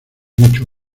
mucho